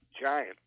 giant